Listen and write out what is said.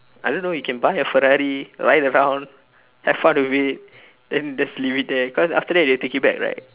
I don't know you can buy a ferrari ride around have fun with it then just leave it there cause after that they will take it back right